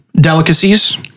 delicacies